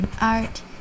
art